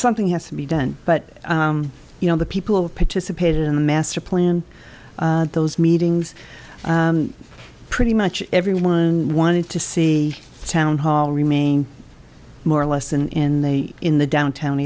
something has to be done but you know the people participated in the master plan those meetings pretty much everyone wanted to see a town hall remained more or less than in the in the downtown